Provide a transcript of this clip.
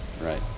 Right